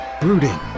brooding